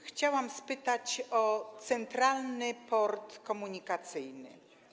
Chciałam spytać o Centralny Port Komunikacyjny.